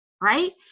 Right